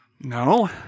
No